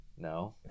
No